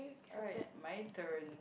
alright my turn